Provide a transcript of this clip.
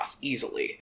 easily